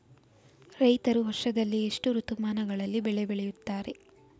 ರೈತರು ವರ್ಷದಲ್ಲಿ ಎಷ್ಟು ಋತುಮಾನಗಳಲ್ಲಿ ಬೆಳೆ ಬೆಳೆಯುತ್ತಾರೆ?